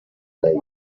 دهید